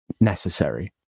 necessary